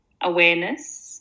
awareness